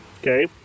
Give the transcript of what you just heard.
okay